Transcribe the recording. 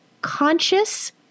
conscious